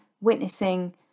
witnessing